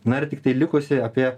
na ir tiktai likusi apie